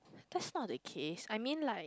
just not the case I mean like